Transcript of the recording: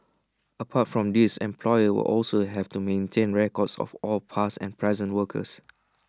apart from these employers will also have to maintain records of all past and present workers